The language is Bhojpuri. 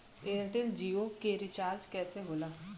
एयरटेल जीओ के रिचार्ज कैसे होला?